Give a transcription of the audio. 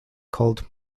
called